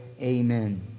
Amen